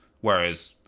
whereas